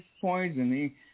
poisoning